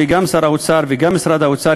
וגם שר האוצר וגם משרד האוצר,